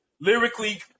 lyrically